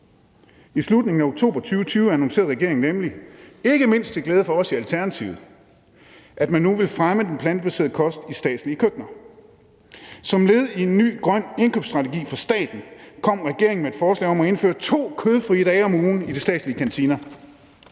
I slutningen af oktober 2020 annoncerede regeringen nemlig, ikke mindst til glæde for os i Alternativet, at man nu ville fremme den plantebaserede kost i statslige køkkener. Som led i en ny grøn indkøbsstrategi for staten kom regeringen med et forslag om at indføre 2 kødfrie dage om ugen i de statslige kantiner.